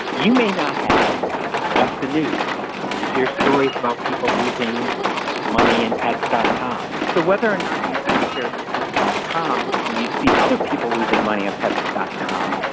you may not have, but you've watched the news. and you hear stories about people losing money in pets dot com. so whether or not you own shares of pets dot com, when you see other people losing money on ah pets dot com,